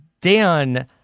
Dan